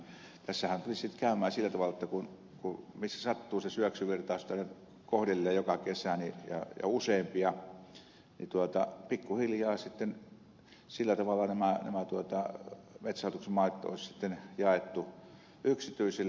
tässähän tulisi sitten käymään sillä tavalla että missä sattuu se syöksyvirtaus kohdilleen joka kesä ja useampia niin pikku hiljaa nämä metsähallituksen maat olisi sitten jaettu yksityisille